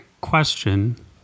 question